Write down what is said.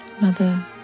Mother